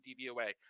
DVOA